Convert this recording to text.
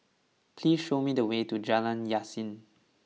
please show me the way to Jalan Yasin